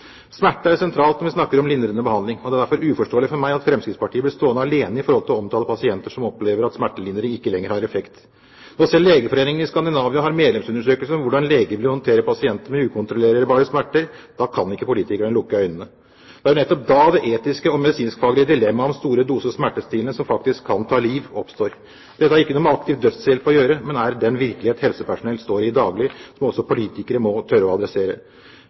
Smerte er sentralt når vi snakker om lindrende behandling. Det er derfor uforståelig for meg at Fremskrittspartiet blir stående alene om å omtale pasienter som opplever at smertelindring ikke lenger har effekt. Når selv legeforeningene i Skandinavia har medlemsundersøkelser om hvordan leger vil håndtere pasienter med ukontrollerbare smerter, kan ikke politikerne lukke øynene. Det er nettopp da det etiske og medisinskfaglige dilemmaet om store doser smertestillende som faktisk kan ta liv, oppstår. Dette har ikke noe med aktiv dødshjelp å gjøre, men er den virkelighet helsepersonell står i daglig, og som også politikere må tørre å adressere.